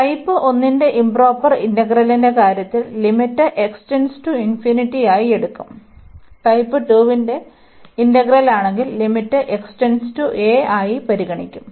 അതിനാൽ ടൈപ്പ് 1 ന്റെ ഇoപ്രോപ്പർ ഇന്റഗ്രലിന്റെ കാര്യത്തിൽ ലിമിറ്റ് ആയി എടുക്കും ടൈപ്പ് 2 ന്റെ ഇന്റഗ്രൽ ആണെങ്കിൽ ലിമിറ്റ് ആയി പരിഗണിക്കും